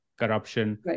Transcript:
corruption